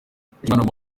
mushimiyimana